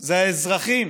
זה האזרחים,